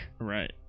right